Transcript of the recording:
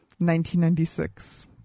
1996